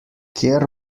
kjer